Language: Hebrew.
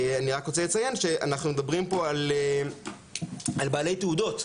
אני רק רוצה לציין שאנחנו מדברים פה על בעלי תעודות,